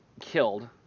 killed